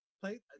play